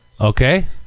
Okay